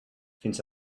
fins